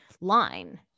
line